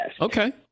Okay